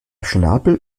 schnabel